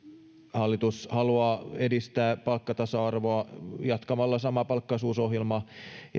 hallitus haluaa edistää palkkatasa arvoa jatkamalla samapalkkaisuusohjelmaa